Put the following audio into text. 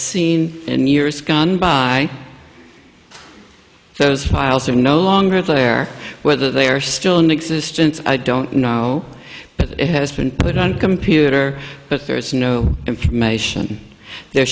seen in years gone by those files are no longer there whether they are still in existence i don't know but it has been put on computer but there is no information there